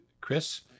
Chris